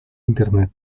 internet